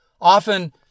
Often